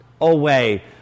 away